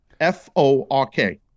F-O-R-K